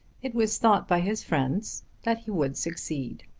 it was thought by his friends that he would succeed.